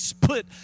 put